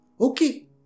Okay